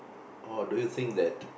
or do you think that